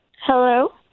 Hello